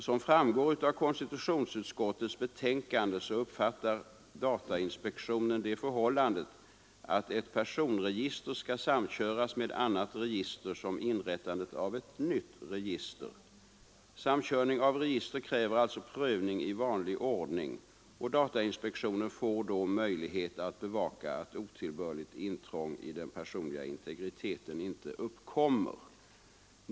Som framgår av konstitutionsutskottets betänkande nr 20 uppfattar datainspektionen det förhållandet att ett personregister skall samköras med annat register som inrättande av ett nytt register. Samkörning av register kräver alltså prövning i vanlig ordning, och datainspektionen får då möjlighet att bevaka att otillbörligt intrång i den personliga integriteten inte görs.